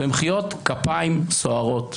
במחיאות כפיים סוערות.